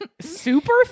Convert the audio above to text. super